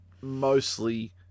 mostly